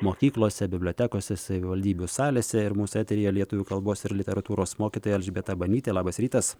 mokyklose bibliotekose savivaldybių salėse ir mūsų eteryje lietuvių kalbos ir literatūros mokytoja elžbieta banytė labas rytas